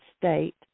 state